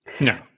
No